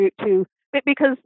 to—because